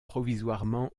provisoirement